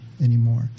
anymore